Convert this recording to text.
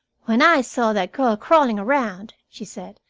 when i saw that girl crawling around, she said,